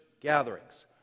gatherings